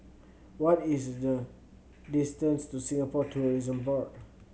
what is the distance to Singapore Tourism Board